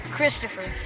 Christopher